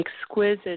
exquisite